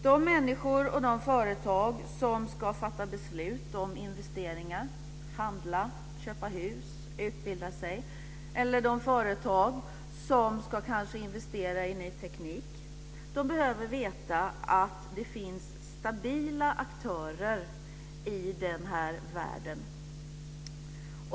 De människor och de företag som ska fatta beslut om investeringar, handla, köpa hus, utbilda sig och de företag som kanske ska investera i ny teknik behöver veta att det finns stabila aktörer i den här världen.